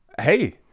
hey